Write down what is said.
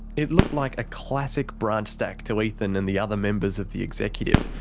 it looked like a classic branch stack to ethan and the other members of the executive.